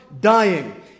dying